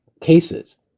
cases